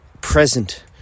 present